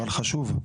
אבל חשוב.